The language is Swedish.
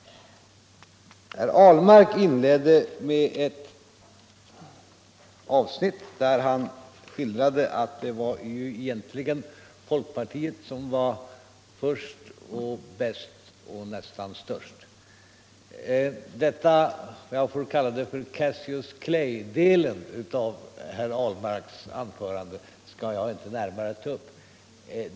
Herr Ahlmark inledde med ett avsnitt där han skildrade att det ju egentligen var folkpartiet som var först och bäst och nästan störst. Denna del, om jag får kalla den Cassius Clay-delen, av herr Ahlmarks anförande skall jag inte närmare ta upp.